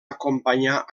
acompanyar